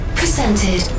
presented